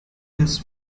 his